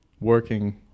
working